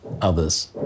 others